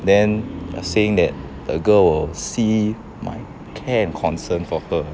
then seeing that the girls see my care and concern for her